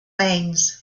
mainz